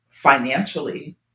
financially